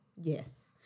Yes